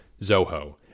Zoho